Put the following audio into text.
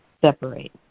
separate